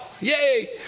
Yay